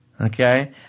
Okay